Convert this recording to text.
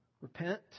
Repent